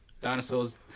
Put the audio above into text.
Dinosaurs